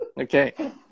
okay